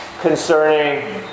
concerning